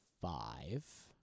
five